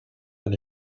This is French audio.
dans